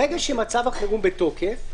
ברגע שמצב החירום בתוקף,